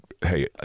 hey